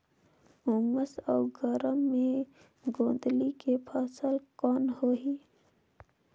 उमस अउ गरम मे गोंदली के फसल कौन होही?